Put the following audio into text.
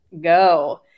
go